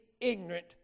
ignorant